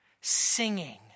Singing